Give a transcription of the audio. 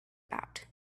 about